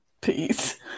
Peace